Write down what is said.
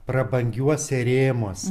prabangiuose rėmuose